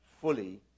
Fully